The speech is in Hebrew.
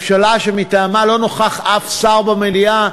שמטעמה לא נכח אף שר במליאה,